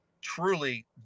truly